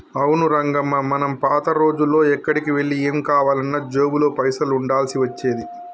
అవును రంగమ్మ మనం పాత రోజుల్లో ఎక్కడికి వెళ్లి ఏం కావాలన్నా జేబులో పైసలు ఉండాల్సి వచ్చేది